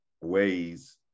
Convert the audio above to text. ways